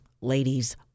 ladies